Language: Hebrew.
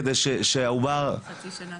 כדי שהעובר יהיה בריא.